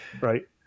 right